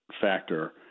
factor